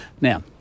now